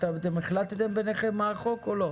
החלטתם ביניכם מה החוק אומר?